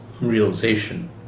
realization